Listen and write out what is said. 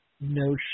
No